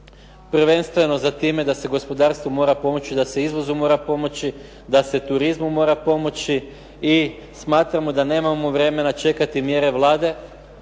prvenstveno za time da se gospodarstvo mora pomoći, da se izvozu mora pomoći, da se turizmu mora pomoći i smatramo da nemamo vremena čekati mjere Vlade,